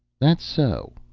that so?